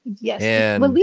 Yes